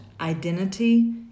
identity